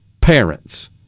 parents